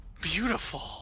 beautiful